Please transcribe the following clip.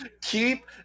Keep